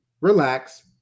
relax